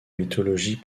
mythologie